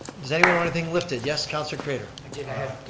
does anyone want anything lifted? yes, councilor craitor. i did, i have